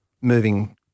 moving